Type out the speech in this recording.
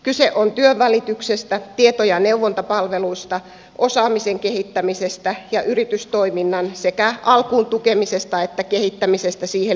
kyse on työnvälityksestä tieto ja neuvontapalveluista osaamisen kehittämisestä ja yritystoiminnan sekä alkuun tukemisesta että sen kehittämisestä siihen liittyvistä palveluista